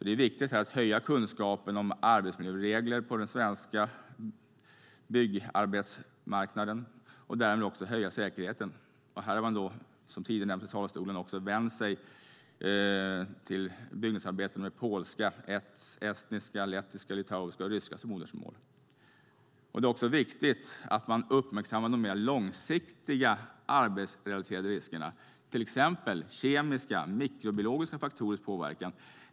Det är viktigt att höja kunskapen om arbetsmiljöregler på den svenska byggarbetsmarknaden och därmed också höja säkerheten. Som tidigare sagts här från talarstolen har man vänt sig till byggnadsarbetare med polska, estniska, lettiska, litauiska eller ryska som modersmål. Det är viktigt att uppmärksamma de mera långsiktiga arbetsrelaterade riskerna, till exempel kemiska och mikrobiologiska faktorers påverkan. Fru talman!